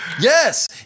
yes